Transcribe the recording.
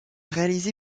réalisé